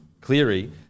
Cleary